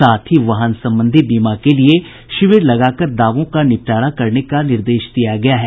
साथ ही वाहन संबंधी बीमा के लिए शिविर लगाकर दावों का निपटारा करने का निर्देश दिया गया है